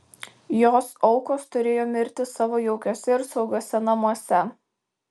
jos aukos turėjo mirti savo jaukiuose ir saugiuose namuose